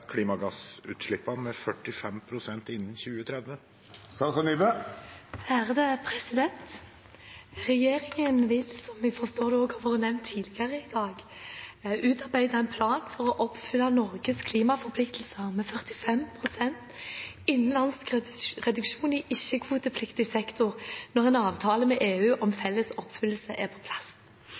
klimagassutslippene med 45 pst. innen 2030?» Regjeringen vil, som jeg forstår har blitt nevnt også tidligere i dag, utarbeide en plan for å oppfylle Norges klimaforpliktelser med 45 pst. innenlandsk reduksjon i ikke-kvotepliktig sektor når en avtale med EU om felles oppfyllelse er på plass.